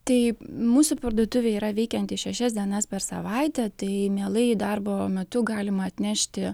taip mūsų parduotuvė yra veikianti šešias dienas per savaitę tai mielai darbo metu galima atnešti